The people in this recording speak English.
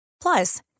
Plus